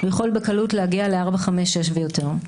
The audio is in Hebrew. הוא יכול בקלות להגיע ל-4, 5, 6 ויותר.